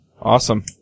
Awesome